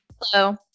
Hello